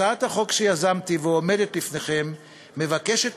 הצעת החוק שיזמתי ועומדת לפניכם מבקשת